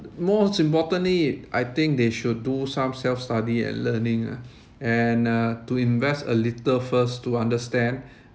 most importantly I think they should do some self-study and learning ah and uh to invest a little first to understand